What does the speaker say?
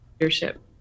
leadership